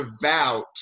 devout